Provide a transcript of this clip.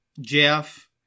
Jeff